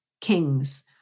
kings